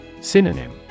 Synonym